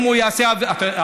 אם הוא יעשה עבירה.